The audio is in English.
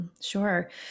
Sure